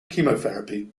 chemotherapy